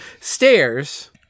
stairs